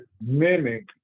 mimic